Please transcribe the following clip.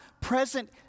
present